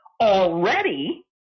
already